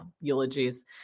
eulogies